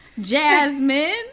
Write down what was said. Jasmine